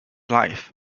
life